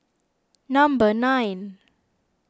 number nine